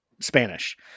spanish